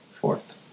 fourth